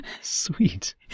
Sweet